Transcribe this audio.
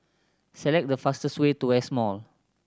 select the fastest way to West Mall